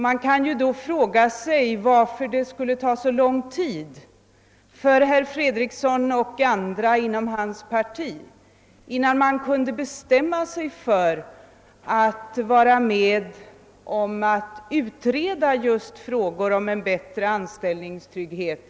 Man kan då fråga sig varför det skulle ta så lång tid för herr Fredriksson och andra inom hans parti att bestämma sig för att gå med på att utreda just frågor som rör en bättre anställningstrygghet.